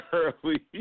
early